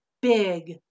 big